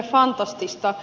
fantastista